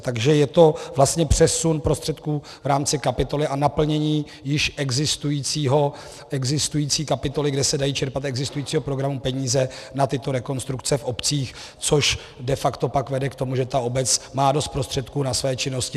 Takže je to vlastně přesun prostředků v rámci kapitoly a naplnění již existující kapitoly, kde se dají čerpat z existujícího programu peníze na tyto rekonstrukce v obcích, což de facto pak vede k tomu, že obec má dost prostředků na své činnosti.